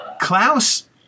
Klaus